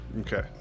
Okay